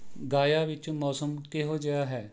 ਗਾਇਆ ਵਿੱਚ ਮੌਸਮ ਕਿਹੋ ਜਿਹਾ ਹੈ